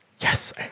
Yes